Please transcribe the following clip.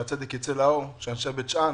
ושהצדק יצא לאור, שאנשי בית שאן,